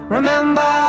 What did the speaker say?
Remember